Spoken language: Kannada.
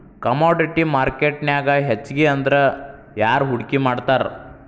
ಕಾಮೊಡಿಟಿ ಮಾರ್ಕೆಟ್ನ್ಯಾಗ್ ಹೆಚ್ಗಿಅಂದ್ರ ಯಾರ್ ಹೂಡ್ಕಿ ಮಾಡ್ತಾರ?